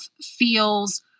feels